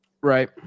Right